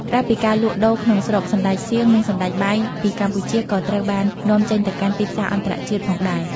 ក្រៅពីការលក់ដូរក្នុងស្រុក សណ្តែកសៀង និងសណ្តែកបាយ ពីកម្ពុជាក៏ត្រូវបាននាំចេញទៅកាន់ទីផ្សារអន្តរជាតិផងដែរ។